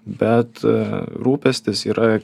bet rūpestis yra